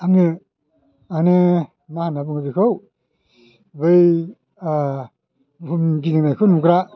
आङो माने मा होनना बुङो बेखौ बे बुहुम गिदिंनायखौ नुग्रा